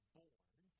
born